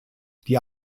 die